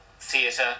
theatre